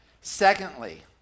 Secondly